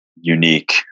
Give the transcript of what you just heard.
unique